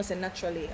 naturally